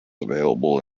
available